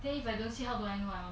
then if I don't see how blank [one]